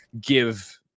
give